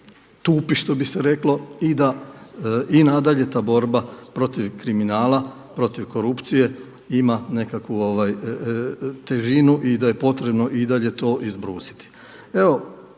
tupi što bi se reklo i nadalje ta borba protiv kriminala, protiv korupcije ima nekakvu težinu i da je potrebno i dalje to izbrusiti.